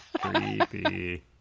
Creepy